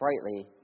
brightly